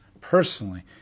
personally